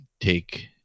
take